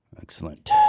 Excellent